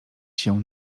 się